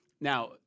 now